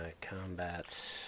Combat